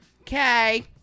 Okay